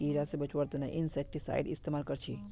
कीड़ा से बचावार तने इंसेक्टिसाइड इस्तेमाल कर छी